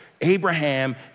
Abraham